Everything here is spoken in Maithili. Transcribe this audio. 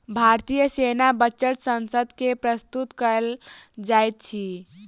भारतीय सेना बजट संसद मे प्रस्तुत कयल जाइत अछि